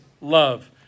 love